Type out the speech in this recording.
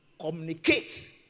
communicate